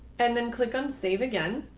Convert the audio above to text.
and then click on save again.